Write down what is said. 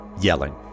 Yelling